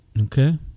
Okay